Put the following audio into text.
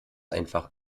einfach